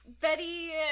Betty